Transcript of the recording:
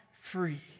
free